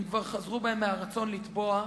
הם כבר חזרו בהם מהרצון לתבוע,